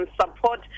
support